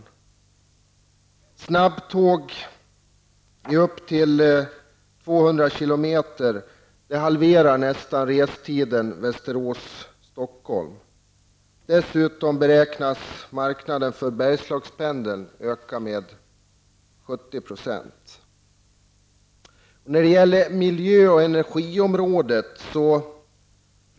Med snabbtåg som kommer upp i 200 kilometer i timmen kan restiden beträffande sträckan Västerås--Stockholm nästan halveras. Dessutom beräknas marknaden för Bergslagspendeln öka med 70 %. Så något om miljö resp. energiområdet.